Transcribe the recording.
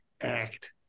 act